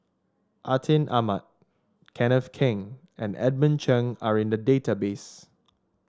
Atin Amat Kenneth Keng and Edmund Cheng are in the database